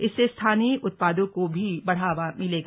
इससे स्थानीय उत्पादों को भी बढ़ावा मिलेगा